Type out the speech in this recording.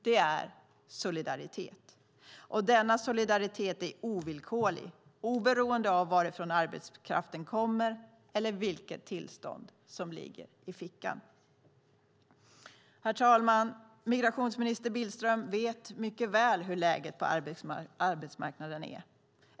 Det är solidaritet, och denna solidaritet är ovillkorlig, oberoende av varifrån arbetskraften kommer eller vilket tillstånd som ligger i fickan. Herr talman! Migrationsminister Billström vet mycket väl hur läget på arbetsmarknaden är.